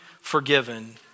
forgiven